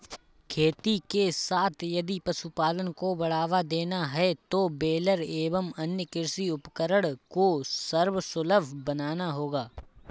खेती के साथ यदि पशुपालन को बढ़ावा देना है तो बेलर एवं अन्य कृषि उपकरण को सर्वसुलभ बनाना होगा